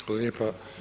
Hvala lijepa.